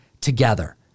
together